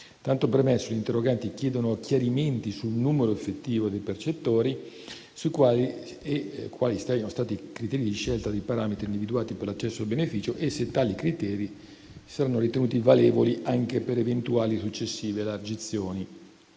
Tanto premesso, gli interroganti chiedono chiarimenti sul numero effettivo dei percettori, quali siano stati i criteri di scelta dei parametri individuati per l'accesso al beneficio e se tali criteri saranno ritenuti valevoli anche per eventuali successive elargizioni.